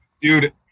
Dude